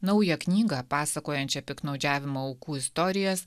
naują knygą pasakojančią piktnaudžiavimo aukų istorijas